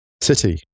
City